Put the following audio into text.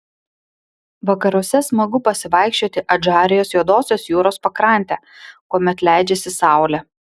vakaruose smagu pasivaikščioti adžarijos juodosios jūros pakrante kuomet leidžiasi saulė